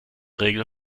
regel